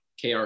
KR